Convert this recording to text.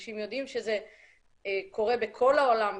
שאנשים יודעים שזה קורה בכל העולם,